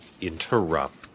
interrupt